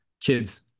kids